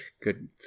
good